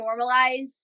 normalize